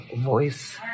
voice